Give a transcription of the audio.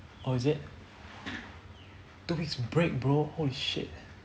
oh is it two weeks of break bro holy shit